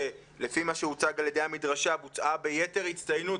שלפי מה שהוצג על ידי המדרשה בוצע ביתר הצטיינות,